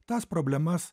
tas problemas